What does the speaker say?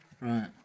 Right